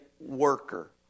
worker